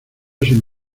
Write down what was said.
sin